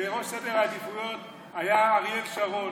בראש סדר העדיפויות היה אריאל שרון,